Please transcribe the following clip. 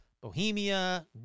Bohemia